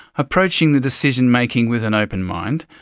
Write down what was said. approaching the decision-making with an open mind,